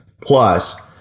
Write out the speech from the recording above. Plus